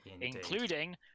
including